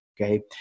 okay